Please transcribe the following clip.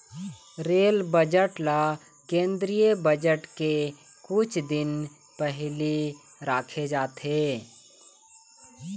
rail budget ल केंद्रीय budget के कुछ दिन पहिली राखे जाथे